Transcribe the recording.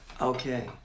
Okay